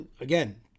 again